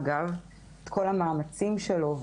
שאני מאוד מעריכה אגב את כל המאמצים שלו,